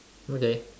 okay